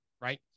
Right